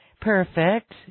Perfect